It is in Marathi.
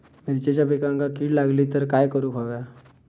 मिरचीच्या पिकांक कीड लागली तर काय करुक होया?